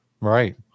Right